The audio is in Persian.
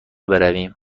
برویم